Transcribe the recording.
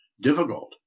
difficult